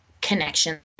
connection